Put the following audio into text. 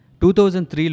2003